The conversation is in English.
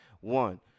One